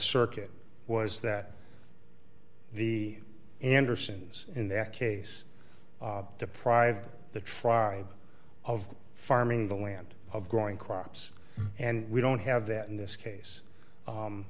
circuit was that the andersons in that case deprive the tribe of farming the land of growing crops and we don't have that in this